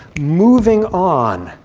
moving on.